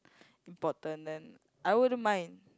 important then I wouldn't mind